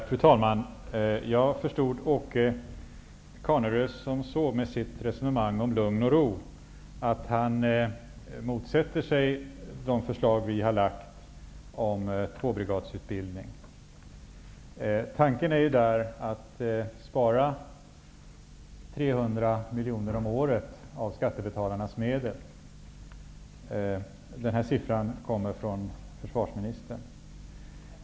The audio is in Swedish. Fru talman! Jag förstod Åke Carnerös resonemang om lugn och ro så, att han motsätter sig de förslag vi har lagt fram om tvåbrigadsutbildning. Tanken där är att spara 300 miljoner om året av skattebetalarnas medel. Den siffran kommer från försvarsministern.